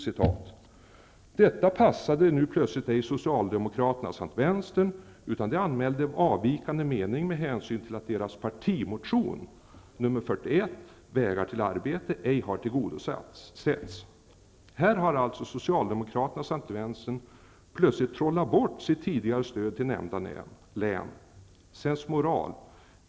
Detta passade nu plötsligt ej Socialdemokraterna samt vänstern, utan de anmälde avvikande mening med hänsyn till att deras partimotion nr Fi41 -- vägar till arbete - ej har tillgodosetts. Här har alltså Socialdemokraterna samt vänstern plötsligt ''trollat bort'' sitt tidigare stöd till nämnda län.